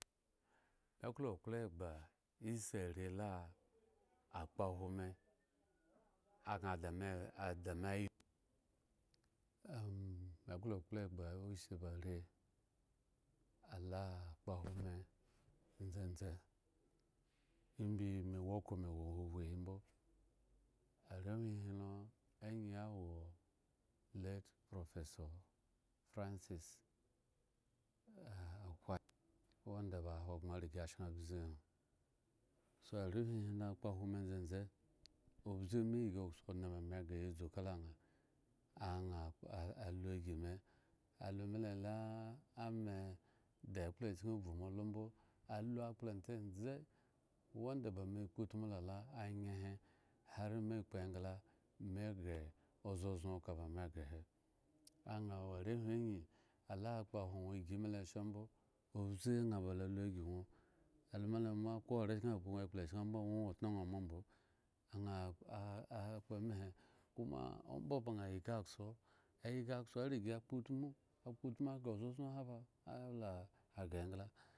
Me klo eklo egba isi arela akpahwo me agŋa da me adamey. ahme klo gba isi ba are ala kpohwo me ndzendze imb me wo okhro me wo ma huhuhi mbo arehwin lo angyi awo late profeso francis akwa wanda ba ahogbren riga sheŋ abzu ŋha. so arehwin hilo akpohwo me ndzendze obze me ygi kso odŋe me ghre ya dzu kala ŋha aŋha lu ygi me, alu mile ah ame da ekplochken evhu me olo mbo, alu akpla ndzendze wanda ba me kpotmu la lo hare me kpo engla me ghre ozozoŋ ka ba me ghre he, aŋhawo arehwin angyi ala kpohwo igi milo shambo obze aŋha ba la lu ygi ŋwo alu mile ko arechken akpo ŋwo ekplachken ambo ma ŋwo tno ŋha ma mbo aŋha kpo emahe koma omba ba ŋha ygi akso aygi akso ariga akpotmu, akpotmu aghre zozon ahanba ala aghre engla.